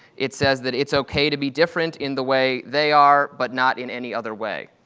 it says that it's okay to be different in the way they are, but not in any other way.